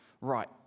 right